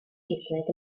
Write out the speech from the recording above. saesneg